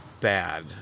bad